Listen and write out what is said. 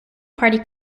party